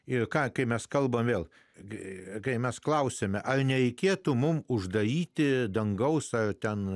ir ką kai mes kalbame vėl gi kai mes klausiame ar nereikėtų mums uždaryti dangaus ar ten